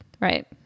Right